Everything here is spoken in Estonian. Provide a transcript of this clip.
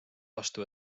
vastu